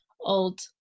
old